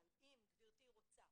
אבל אם גברתי רוצה